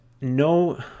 no